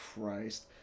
Christ